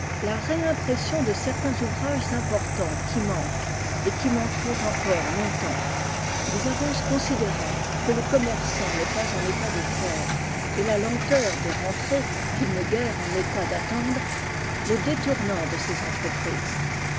la réimpression de certains ouvrages importants qui manquent et qui manqueront encore longtemps des avances considérables que le commerçant n'est pas en état de faire et la lenteur des rentrées qu'il n'est guère en état d'attendre le détournant de ces entreprises